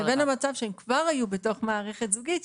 לבין המצב שהם כבר היו בתוך מערכת זוגית,